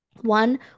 One